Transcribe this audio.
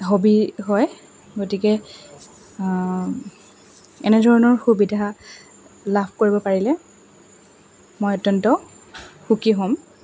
hobby হয় গতিকে এনেধৰণৰ সুবিধা লাভ কৰিব পাৰিলে মই অত্যন্ত সুখী হ'ম